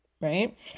right